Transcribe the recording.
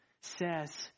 says